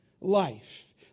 Life